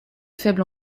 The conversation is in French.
faible